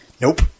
Nope